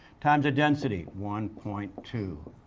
times the density, one point two,